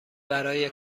برای